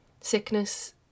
Sickness